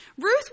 Ruth